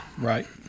Right